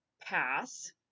pass